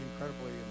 incredibly